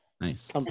nice